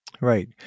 Right